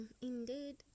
indeed